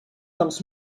dels